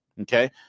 okay